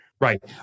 Right